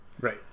Right